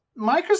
Microsoft